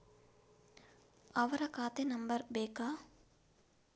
ಅವರ ಖಾತೆ ನಂಬರ್ ಬೇಕಾ?